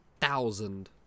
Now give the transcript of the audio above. thousand